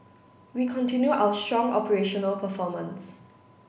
we continue our strong operational performance